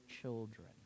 children